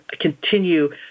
continue